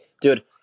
Dude